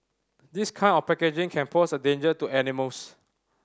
this kind of packaging can pose a danger to animals